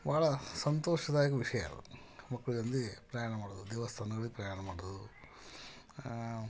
ಬಹಳ ಸಂತೋಷದಾಯಕ ವಿಷಯ ಅದು ಮಕ್ಕಳೊಂದಿಗೆ ಪ್ರಯಾಣ ಮಾಡೋದು ದೇವಸ್ಥಾನಗಳಿಗೆ ಪ್ರಯಾಣ ಮಾಡೋದು